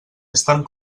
estan